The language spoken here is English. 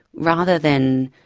rather than